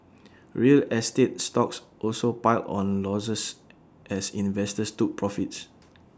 real estate stocks also piled on losses as investors took profits